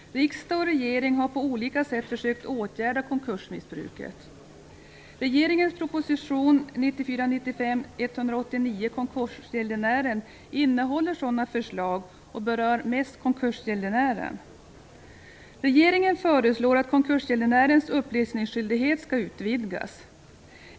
Riksdag och regering har på olika sätt försökt åtgärda konkursmissbruket. Regeringens proposition 1994/95:189 Konkursgäldenären innehåller sådana förslag och berör mest konkursgäldenären. Regeringen föreslår att konkursgäldenärens upplysningsskyldighet skall utvidgas.